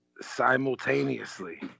simultaneously